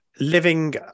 living